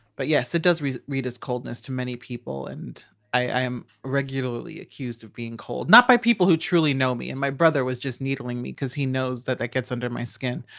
but yes, it does read read as coldness to many people. and i am regularly accused of being cold. not by people who truly know me. and my brother was just needling me because he knows that that gets under my skin.